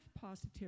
positive